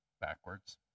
backwards